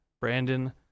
brandon